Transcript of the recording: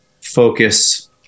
focus